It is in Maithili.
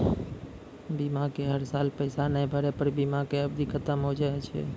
बीमा के हर साल पैसा ना भरे पर बीमा के अवधि खत्म हो हाव हाय?